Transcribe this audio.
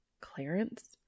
Clarence